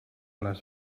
les